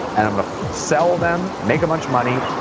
and i'm gonna sell them, make a bunch of money,